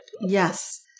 Yes